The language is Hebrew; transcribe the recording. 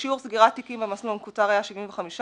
שיעור סגירת תיקים במסלול המקוצר היה 75%,